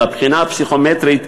של הבחינה הפסיכומטרית,